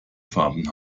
farben